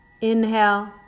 inhale